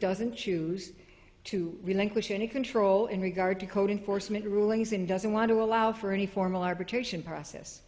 doesn't choose to relinquish any control in regard to code enforcement rulings and doesn't want to allow for any formal arbitration process